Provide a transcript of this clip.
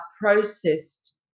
processed